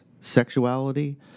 sexuality